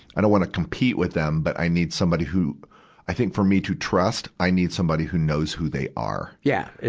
i don't wanna compete with them, but i need somebody who i think, for me to trust, i need somebody who knows who they are. yeah.